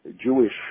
Jewish